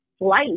life